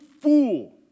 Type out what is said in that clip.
fool